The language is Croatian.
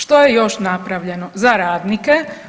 Što je još napravljeno za radnike?